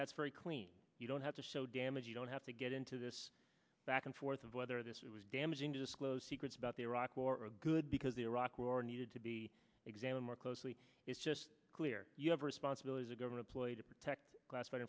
that's very clean you don't have to show damage you don't have to get into this back and forth of whether this was damaging to disclose secrets about the iraq war a good because the iraq war needed to be examined more closely it's just clear you have a responsibility to govern a ploy to protect classified